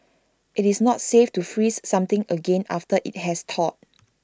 IT is not safe to freeze something again after IT has thawed